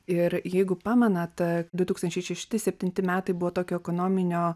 ir jeigu pamenat du tūkstančiai šešti septinti metai buvo tokio ekonominio